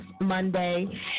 monday